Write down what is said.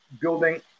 building